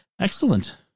Excellent